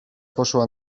poszła